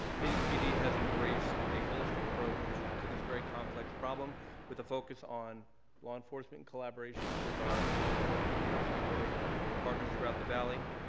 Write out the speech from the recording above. phoenix pd has embraced a holistic approach to this very complex problem with a focus on law enforcement collaborations with our law enforcement and prosecutorial partners throughout the valley.